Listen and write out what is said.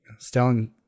Stellan